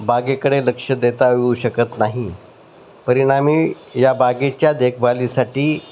बागेकडे लक्ष देता येऊ शकत नाही परिणामी या बागेच्या देखभालीसाठी